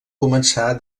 començar